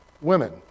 women